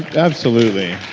absolutely.